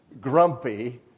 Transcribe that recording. grumpy